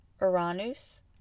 uranus